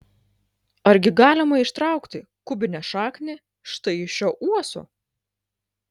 argi galima ištraukti kubinę šaknį štai iš šio uosio